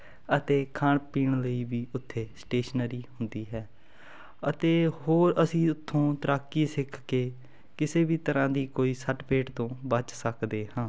ਅਤੇ ਖਾਣ ਪੀਣ ਲਈ ਵੀ ਉੱਥੇ ਸਟੇਸ਼ਨਰੀ ਹੁੰਦੀ ਹੈ ਅਤੇ ਹੋਰ ਅਸੀਂ ਉੱਥੋਂ ਤੈਰਾਕੀ ਸਿੱਖ ਕੇ ਕਿਸੇ ਵੀ ਤਰ੍ਹਾਂ ਦੀ ਕੋਈ ਸੱਟ ਫੇਟ ਤੋਂ ਬਚ ਸਕਦੇ ਹਾਂ